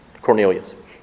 Cornelius